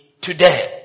today